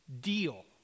deal